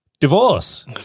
Divorce